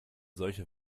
solche